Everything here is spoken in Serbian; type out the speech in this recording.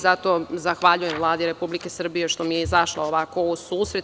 Zato zahvaljujem Vladi Republike Srbije što mi je izašla ovako u susret.